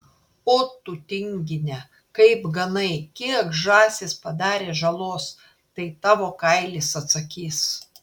o tu tingine kaip ganai kiek žąsys padarė žalos tai tavo kailis atsakys